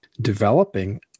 developing